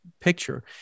picture